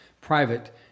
private